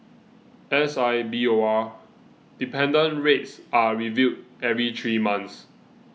S I B O R dependent rates are reviewed every three months